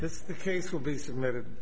things will be submitted